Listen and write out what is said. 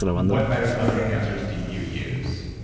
what mitochondrial enhancers do you use?